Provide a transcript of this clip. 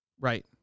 Right